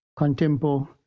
Contempo